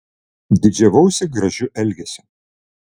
didžiavausi gražiu elgesiu